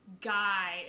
guy